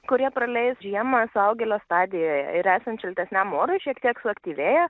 kurie praleis žiemą suaugėlio stadijoje ir esant šiltesniam orui šiek tiek suaktyvėja